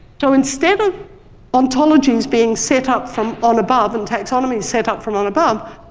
so instead of ontologies being set up from on above and taxonomies set up from on above,